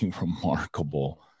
remarkable